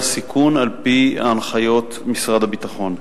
על-פי הנחיות משרד הביטחון.